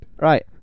right